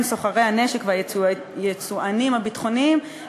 הם סוחרי הנשק והיצואנים הביטחוניים,